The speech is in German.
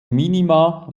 minima